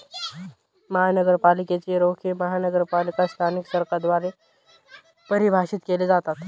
महानगरपालिकेच रोखे महानगरपालिका स्थानिक सरकारद्वारे परिभाषित केले जातात